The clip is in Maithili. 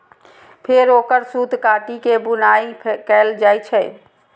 फेर ओकर सूत काटि के बुनाइ कैल जाइ छै